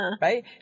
Right